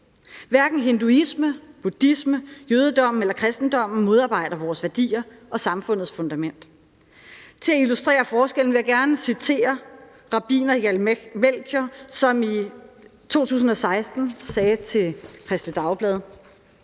Hverken hinduisme, buddhisme, jødedommen eller kristendommen modarbejder vores værdier og samfundets fundament. Til at illustrere forskellen vil jeg gerne citere rabbiner Jair Melchior, som i 2016 sagde til Kristeligt Dagblad: